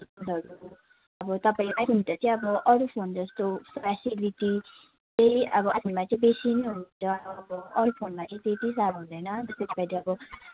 तपाईँले आइफोनमा चाहिँ अरू फोन जस्तो फ्यसिलिटी चाहिँ अब आइफोनमा चाहिँ बेसी नै हुन्छ अरू फोनमा चाहिँ त्यति साह्रो हुँदैन